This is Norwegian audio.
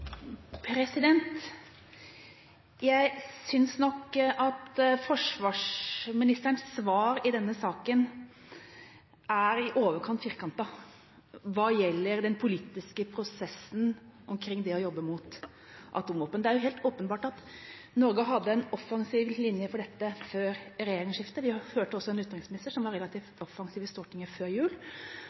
i overkant firkantet hva gjelder den politiske prosessen omkring det å jobbe mot atomvåpen. Det er helt åpenbart at Norge hadde en offensiv linje for dette før regjeringsskiftet. Vi hørte også en utenriksminister som var relativt offensiv i Stortinget før jul,